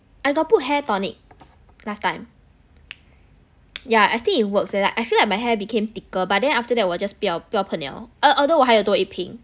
I got put hair tonic last time yeah actually it works leh like I feel like my hair became thicker but then after that 我 just 不要不要喷 liao al~ although 我还有多一瓶